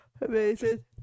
Amazing